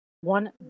one